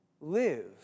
live